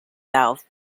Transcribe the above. valve